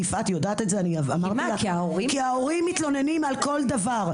יפעת יודעת את זה, כי ההורים מתלוננים על כל דבר.